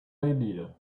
idea